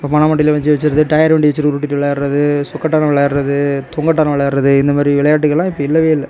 இப்போ பனைமட்டைல வச்சு வச்சுட்றது டயர் வண்டியை வச்சுட்டு உருட்டிகிட்டு விளையாடுறது சொக்கட்டான்னு விளையாடுறது தொங்கட்டான் விளையாடுறது இந்த மாரி விளையாட்டுகள்லாம் இப்போ இல்லவே இல்லை